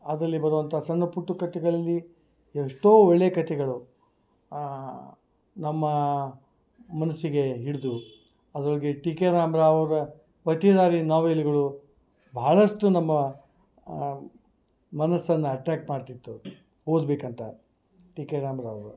ಅದರಲ್ಲಿ ಬರ್ವಂಥ ಸಣ್ಣ ಪುಟ್ಟ ಕತೆಗಳಲ್ಲಿ ಎಷ್ಟೋ ಒಳ್ಳೆಯ ಕತೆಗಳು ನಮ್ಮ ಮನಸ್ಸಿಗೆ ಹಿಡ್ದು ಅದ್ರೊಳ್ಗೆ ಟಿ ಕೆ ರಾಮ್ ರಾವ್ರ ನಾವೆಲ್ಗಳು ಭಾಳಷ್ಟು ನಮ್ಮ ಮನಸನ್ನ ಅಟ್ರ್ಯಾಕ್ಟ್ ಮಾಡ್ತಿತ್ತು ಓದ್ಬೇಕಂತ ಟಿ ಕೆ ರಾಮ್ ರಾವ್ರು